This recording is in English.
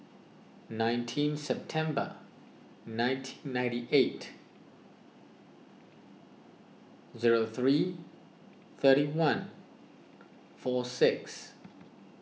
nineteen September nineteen ninety eight zero three thirty one four six